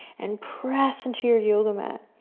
and press into your yoga mat.